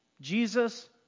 Jesus